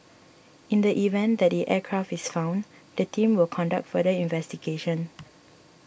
in the event that the aircraft is found the team will conduct further investigation